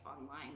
online